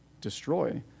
destroy